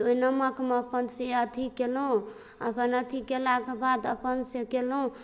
तऽ ओहि नमकमे अपन से अथी कएलहुँ अपन अथी कएलाक बाद अपन से कएलहुँ